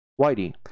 Whitey